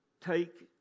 take